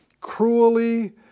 cruelly